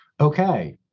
okay